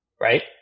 Right